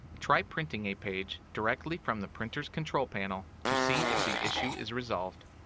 try printing a page directly from the printer's control panel to see if the issue is resolved.